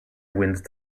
wind